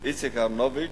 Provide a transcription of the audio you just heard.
איציק אהרונוביץ,